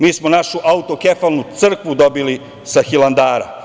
Mi smo našu autokefalnu crkvu dobili sa Hilandara.